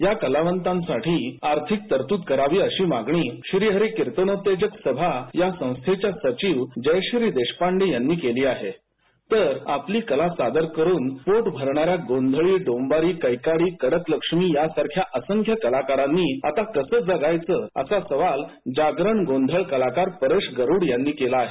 या कलावंतांसाठी आर्थिक तरतूद करावी अशी मागणी श्रीहरिकीर्तनोत्तेजक सभा या संस्थेच्या सचिव जयश्री देशपांडे यांनी केली आहे तर आपली कला सादर करून पोट भरणाऱ्या गोंधळी डोंबारी कैकाडी कडकलक्ष्मी यासारख्या असंख्य कलाकारांनी आता कसं जगायचं असा सवाल जागरण गोंधळ कलाकार परेश गरूड यांनी केला आहे